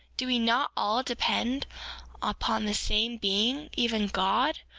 do we not all depend upon the same being, even god,